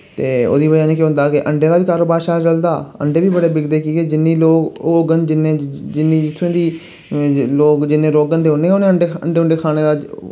ते ओह्दी वजह् ने केह् होंदा कि अंडे दा बी कारोबार शैल चलदा अंडे बी बड़े बिकदे की के जिन्नी लोक होङन जिन्ने जिन्नी जित्थूं दी लोक जिन्ने रौह्ङन ते उनें गै उ'नै अंडे अंडे उंडे खाने दा